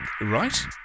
Right